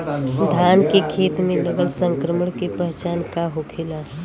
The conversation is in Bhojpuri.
धान के खेत मे लगल संक्रमण के पहचान का होखेला?